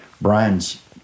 brian's